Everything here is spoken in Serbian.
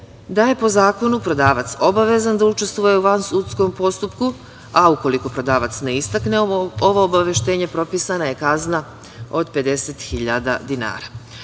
da je po zakonu prodavac obavezan da učestvuje u vansudskom postupku, a ukoliko prodavac ne istakne ovo obaveštenje, propisana je kazna od 50.000 dinara.